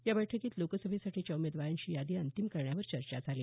या बैठकीत लोकसभेसाठीच्या उमेदवारांची यादी अंतिम करण्यावर चर्चा झाली